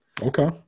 Okay